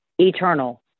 eternal